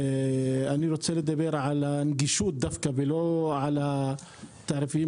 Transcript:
אבל אני רוצה דווקא לדבר על הנגישות ולא על התעריפים